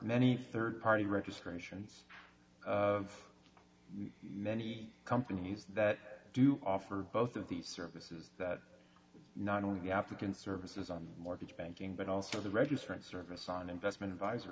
many third party registrations of many companies that do offer both of these services that not only the african services on mortgage banking but also the registrant service on investment